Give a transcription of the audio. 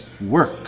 work